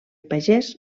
pagès